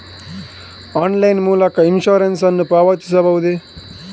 Online ಮೂಲಕ insurance ನ್ನು ಪಾವತಿಸಬಹುದೇ?